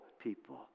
people